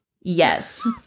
Yes